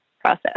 process